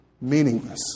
meaningless